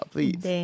Please